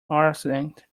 accident